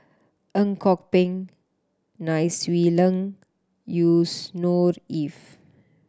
Ang Kok Peng Nai Swee Leng Yusnor Ef